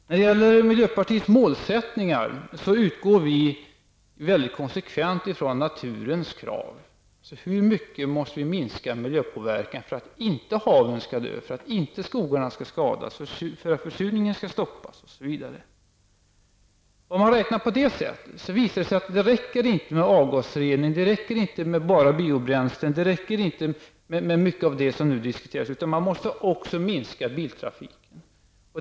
När det gäller miljöpartiets målsättningar utgår vi väldigt konsekvent ifrån naturens krav. Hur mycket måste miljöpåverkan minskas för att inte haven skall dö, för att inte skogarna skall skadas, för att försurningen skall stoppas osv.? Om man har den utgångspunkten, visar det sig att det inte räcker med avgasrening, med bara biobränsle eller med mycket av det som nu diskuteras, utan man måste också minska biltrafiken.